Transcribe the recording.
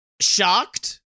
Shocked